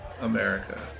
America